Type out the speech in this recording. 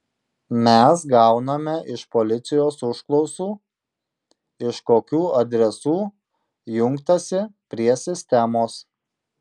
mes gauname iš policijos užklausų iš kokių adresų jungtasi prie sistemos